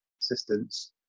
assistance